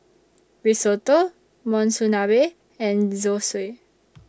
Risotto Monsunabe and Zosui